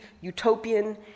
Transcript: utopian